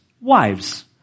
Wives